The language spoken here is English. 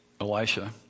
Elisha